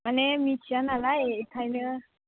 माने मिथिया नालाय बेनिखायनो